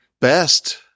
best